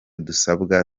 dusabwa